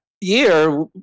year